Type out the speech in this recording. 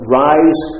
rise